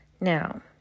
now